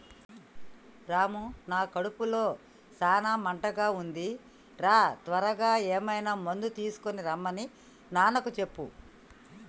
రాము నా కడుపులో సాన మంటగా ఉంది రా త్వరగా ఏమైనా మందు తీసుకొనిరమన్ని నాన్నకు చెప్పు